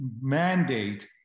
mandate